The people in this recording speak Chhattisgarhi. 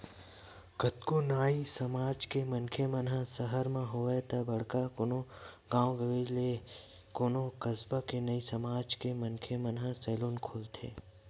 कतको नाई समाज के मनखे मन ह सहर म होवय ते बड़का कोनो गाँव गंवई ते कोनो कस्बा के नाई समाज के मनखे मन ह सैलून खोलथे